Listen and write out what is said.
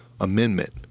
amendment